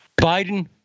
Biden